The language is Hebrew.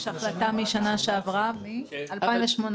יש החלטה משנה שעברה מ-2018.